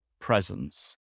presence